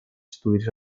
estudis